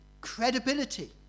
credibility